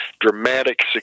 dramatic